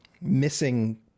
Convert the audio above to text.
missing